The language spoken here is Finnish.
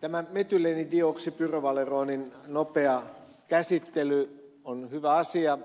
tämä metyleenidioksipyrovaleronin nopea käsittely on hyvä asia